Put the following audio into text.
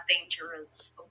dangerous